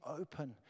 open